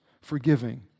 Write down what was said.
forgiving